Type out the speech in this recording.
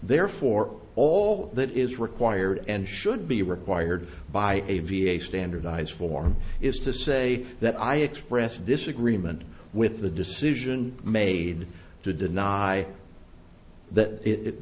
therefore all that is required and should be required by a v a standardise form is to say that i express disagreement with the decision made to deny that it wit